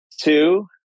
Two